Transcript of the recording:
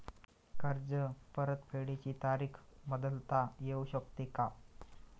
कर्ज परतफेडीची तारीख बदलता येऊ शकते का?